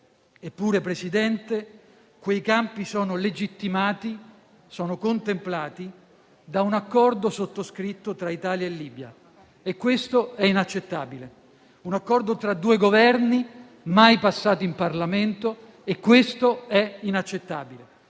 Eppure, Presidente, quei campi sono legittimati e contemplati da un accordo sottoscritto tra Italia e Libia; e questo è inaccettabile. Un accordo tra due Governi, mai passato in Parlamento; e questo è inaccettabile.